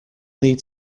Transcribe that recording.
need